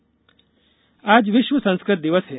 संस्कृत दिवस आज विश्व संस्कृत दिवस है